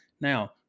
Now